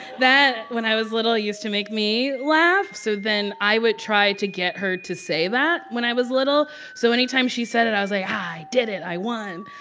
that, when i was little, used to make me laugh. so then i would try to get her to say that when i was little. so anytime she said it, i was like, i did it i won.